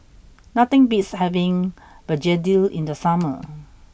nothing beats having Begedil in the summer